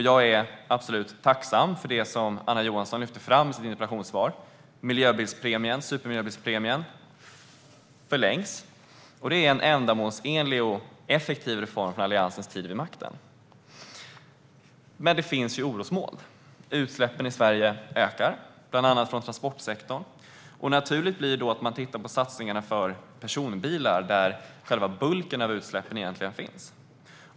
Jag tacksam över det som Anna Johansson lyfte fram i sitt interpellationssvar: att miljöbilspremien och supermiljöbilspremien förlängs. Det är en ändamålsenlig och effektiv reform från Alliansens tid vid makten. Men det finns orosmoln. Utsläppen i Sverige ökar, bland annat från transportsektorn. Därför vore det naturligt att titta på personbilssatsningarna, där själva bulken av utsläppen finns.